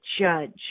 judge